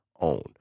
own